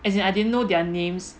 as in I didn't know their names